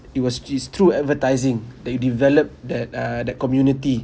it was it's through advertising they develop that uh that community